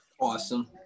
Awesome